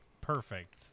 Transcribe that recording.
perfect